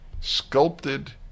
sculpted